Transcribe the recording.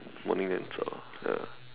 morning then zao ya